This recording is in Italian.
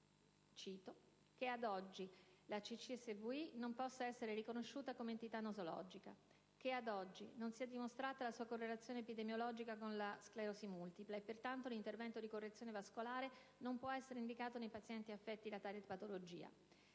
cito - «che, ad oggi, la CCSVI non possa essere riconosciuta come entità nosologica; che, ad oggi, non sia dimostrata la sua correlazione epidemiologica con la sclerosi multipla e, pertanto, l'intervento di correzione vascolare non può essere indicato nei pazienti affetti da tale patologia;